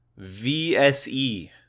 vse